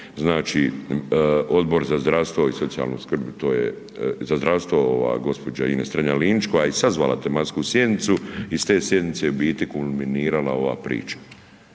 znači Odbor za zdravstvo i socijalnu skrb, to je za zdravstvo ova gđa. Ines Strenja Linić koja je i sazvala tematsku sjednicu iz te sjednice je u biti kulminirala ova priča.